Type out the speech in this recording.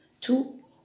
Two